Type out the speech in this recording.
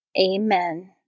Amen